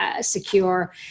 secure